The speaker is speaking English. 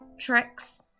tricks